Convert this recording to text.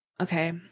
Okay